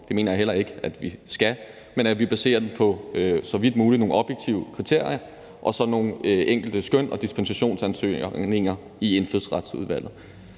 det mener jeg heller ikke at vi skal – men så vidt muligt baserer det på nogle objektive kriterier og så nogle enkelte skøn og dispensationsansøgninger i Indfødsretsudvalget.